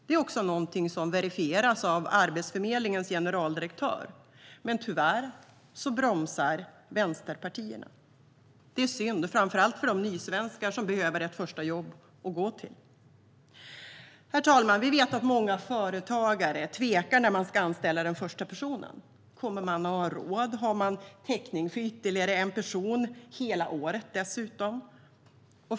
Det är också något som verifieras av Arbetsförmedlingens generaldirektör, men tyvärr bromsar vänsterpartierna. Det är synd, framför allt för de nysvenskar som behöver ett första jobb att gå till. Herr talman! Vi vet att många företagare tvekar när man ska anställa den första personen. Kommer man att ha råd? Har man täckning för ytterligare en person under hela året?